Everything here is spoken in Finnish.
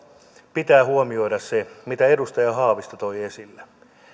pitää huomioida se mitä edustaja haavisto toi esille